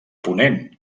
ponent